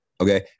Okay